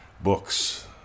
Books